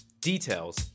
Details